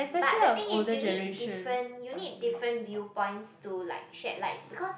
but the thing is you need different you need different viewpoints to like shed lights because